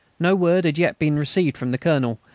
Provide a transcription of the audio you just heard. no word had yet been received from the colonel,